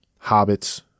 hobbits